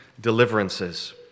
deliverances